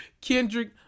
Kendrick